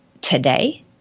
today